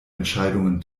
entscheidungen